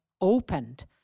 opened